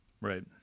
Right